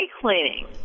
cleaning